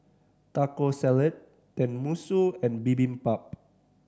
Taco Salad Tenmusu and Bibimbap